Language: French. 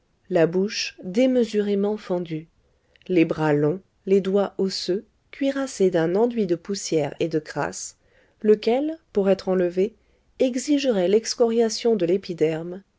la bouche démesurément fendue les bras longs les doigts osseux cuirassés d'un enduit de poussière et de crasse lequel pour être enlevé exigerait l'excoriation de l'épiderme